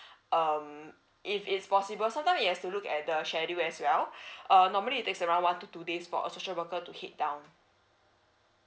um if it's possible sometime it has to look at the schedule as well uh normally it takes around one to two days for a social worker to head down